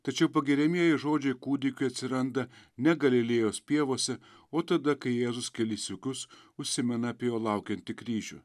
tačiau pagiriamieji žodžiai kūdikiui atsiranda ne galilėjos pievose o tada kai jėzus kelis sykius užsimena apie jo laukiantį kryžių